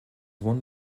one